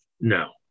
No